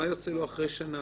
כמה יוצא לו אחרי שנה?